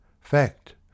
fact